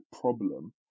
problem